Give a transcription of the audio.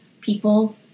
people